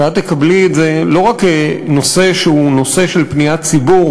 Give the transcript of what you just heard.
שאת תקבלי את זה לא רק כנושא שהוא נושא של פניית ציבור,